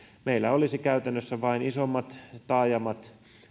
meillä käytännössä vain isommissa taajamissa